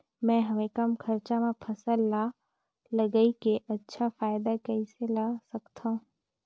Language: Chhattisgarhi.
मैं हवे कम खरचा मा फसल ला लगई के अच्छा फायदा कइसे ला सकथव?